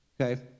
okay